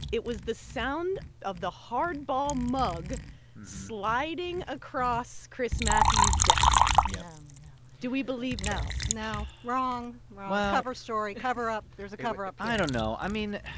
it was the sound of the hardball mug sliding across chris matthews' desk yeah do we believe this? no, wrong well. cover story cover-up. there's a cover-up here i don't know. i mean,